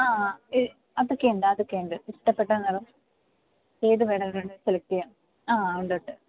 ആ ഇ അതൊക്കെ ഉണ്ട് അതൊക്കെ ഉണ്ട് ഇഷ്ടപ്പെട്ട നിറം ഏത് വേണേലും സെലക്ട് ചെയ്യാം ആ ഉണ്ട് ഉണ്ട്